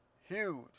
huge